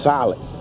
Solid